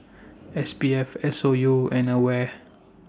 S B F S O U and AWARE